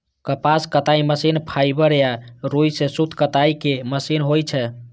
कपास कताइ machine fibre या रुइ सं सूत कताइ के मशीन होइ छै